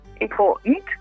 important